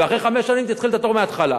ואחרי חמש שנים תתחיל את התור מההתחלה.